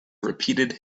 repeated